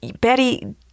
Betty